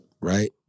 Right